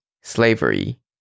slavery